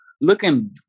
Looking